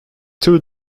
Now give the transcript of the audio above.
two